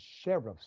sheriff's